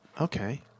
Okay